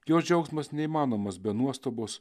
jo džiaugsmas neįmanomas be nuostabos